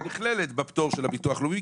היא נכללת בפטור של הביטוח הלאומי,